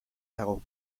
dago